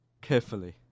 Carefully